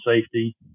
safety